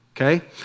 Okay